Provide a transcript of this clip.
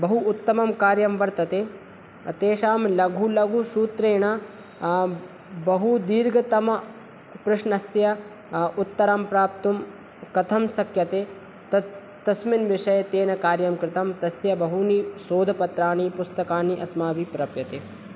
बहु उत्तमं कार्यं वर्तते तेषां लघुलघुसूत्रेण बहुदीर्घतमप्रश्नस्य उत्तरं प्राप्तुं कथं शक्यते तस्मिन् विषये तेन कार्यं कृतं तस्य बहूनि शोधपत्राणि पुस्तकानि अस्माभिः प्राप्यते